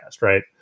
right